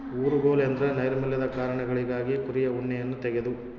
ಊರುಗೋಲು ಎಂದ್ರ ನೈರ್ಮಲ್ಯದ ಕಾರಣಗಳಿಗಾಗಿ ಕುರಿಯ ಉಣ್ಣೆಯನ್ನ ತೆಗೆದು